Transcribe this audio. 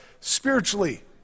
spiritually